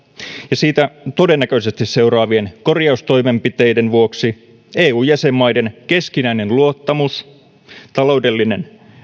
ja siitä todennäköisesti seuraavien korjaustoimenpiteiden vuoksi eu jäsenmaiden keskinäinen luottamus taloudellinen